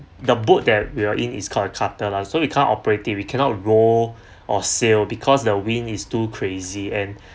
the boat that we are in is called a carter lah so we can't operate it we cannot row or sail because the wind is too crazy and